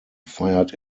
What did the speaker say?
fired